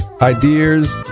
ideas